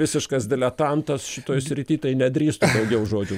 visiškas diletantas šitoj srity tai nedrįstu daugiau žodžių